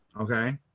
okay